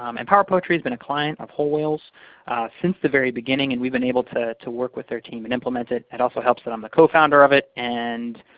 um and power poetry has been a client of whole whale's since the very beginning, and we've been able to to work with their team and implement it. it also helps that i'm the co-founder of it and